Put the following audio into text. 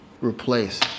Replace